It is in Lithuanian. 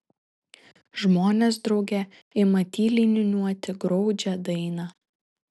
žmonės drauge ima tyliai niūniuoti graudžią dainą